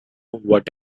what